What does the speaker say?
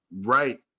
right